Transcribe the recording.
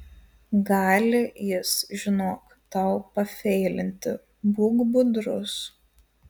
gali jis žinok tau pafeilinti būk budrus